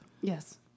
yes